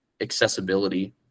accessibility